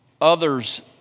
others